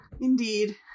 Indeed